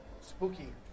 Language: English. spooky